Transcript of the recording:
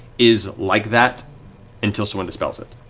is like that until someone dispels it.